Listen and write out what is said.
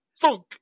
funk